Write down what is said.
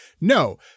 No